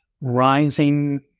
rising